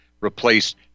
replaced